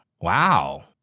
Wow